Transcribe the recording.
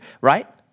right